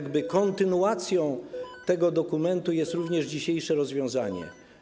Kontynuacją tego dokumentu jest również dzisiejsze rozwiązanie.